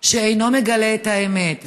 שאינו מגלה את האמת,